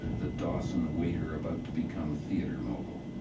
the dawson waiter-about to-become-theatre-mogul.